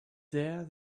there